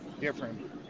different